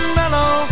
mellow